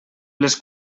les